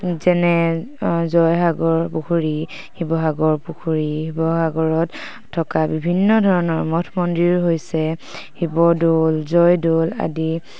যেনে জয়সাগৰ পুখুৰী শিৱসাগৰ পুখুৰী শিৱসাগৰত থকা বিভিন্ন ধৰণৰ মঠ মন্দিৰ হৈছে শিৱদৌল জয়দৌল আদি